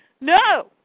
no